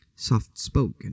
soft-spoken